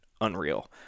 unreal